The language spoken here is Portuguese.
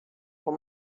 com